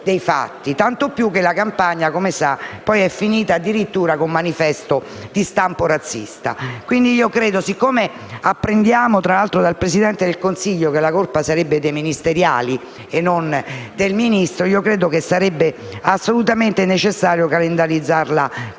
tanto più che la campagna, come sa, è poi finita addirittura con un manifesto di stampo razzista. Siccome apprendiamo dal Presidente del Consiglio che la colpa sarebbe dei ministeriali e non del Ministro, credo che sarebbe assolutamente necessario calendarizzare subito la